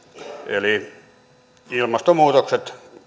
eli ilmastonmuutoksen